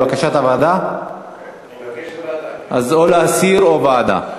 אז או להסיר או ועדה.